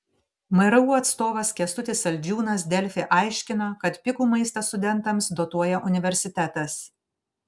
mru atstovas kęstutis saldžiūnas delfi aiškino kad pigų maistą studentams dotuoja universitetas